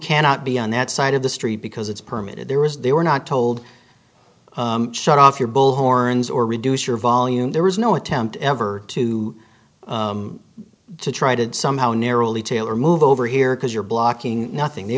cannot be on that side of the street because it's permitted there is they were not told shut off your bull horns or reduce your volume there was no attempt ever to to try to somehow narrowly tailor move over here because you're blocking nothing they